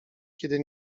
kiedy